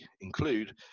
include